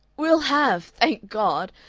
we'll have, thank god!